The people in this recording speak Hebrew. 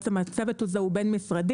הצוות הזה הוא צוות בין-משרדי,